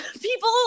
people